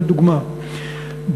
לדוגמה,